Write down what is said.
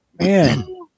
man